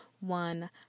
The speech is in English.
one